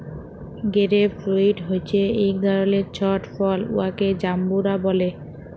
grape fruit হছে ইক ধরলের ছট ফল উয়াকে জাম্বুরা ব্যলে